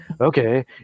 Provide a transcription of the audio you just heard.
okay